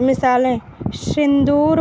مثالیں سندور